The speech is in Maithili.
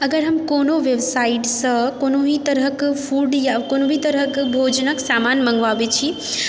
अगर हम कोनो वेबसाइटसँ कोनो भी तरहके फूड या कोनो भी तरहके भोजनके सामान मङ्गवाबैत छी